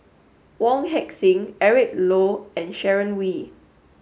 Wong Heck Sing Eric Low and Sharon Wee